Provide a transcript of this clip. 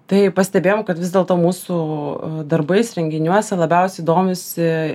tai pastebėjom kad vis dėl to mūsų darbais renginiuose labiausiai domisi